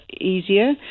easier